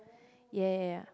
ya ya ya ya